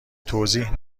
توضیح